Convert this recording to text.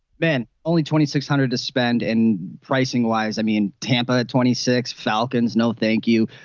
ben only twenty six hundred to spend and pricing wise. i mean tampa at twenty six falcons. no thank you.